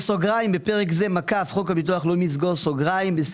תיקון חוק הביטוח הלאומי 38. בחוק הביטוח הלאומי (נוסח משולב),